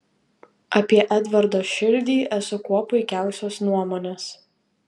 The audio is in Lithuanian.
apie edvardo širdį esu kuo puikiausios nuomonės